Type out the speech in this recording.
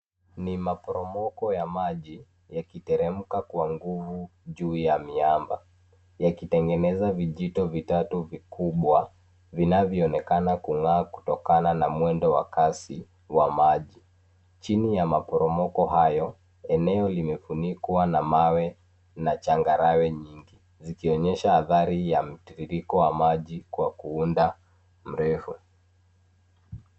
Ni maporomoko ya maji yakiteremka kwa nguvu juu ya miamba, yakitengeneza vijito vitatu vikubwa vinavyoonekana kung'aa kutokana na mwendo wa kasi wa maji. Chini ya maporomoko hayo, eneo limefunikwa na mawe na changarawe nyingi zikionyesha athari ya mtiririko wa maji kwa kuunda mrefu.